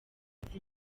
izi